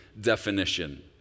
definition